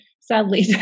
Sadly